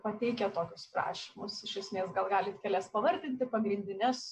pateikia tokius prašymus iš esmės gal galit kelias pavardinti pagrindines